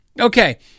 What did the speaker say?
Okay